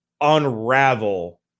unravel